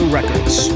Records